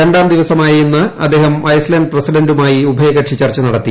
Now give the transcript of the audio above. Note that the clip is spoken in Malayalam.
രണ്ടാംദിവസമായ ഇന്ന് അദ്ദേഹം ഐസ്ലൻഡ് പ്രസിഡന്റുമായി ഉഭയകക്ഷി ചർച്ച നടത്തി